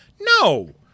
No